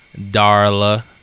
Darla